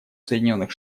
соединенных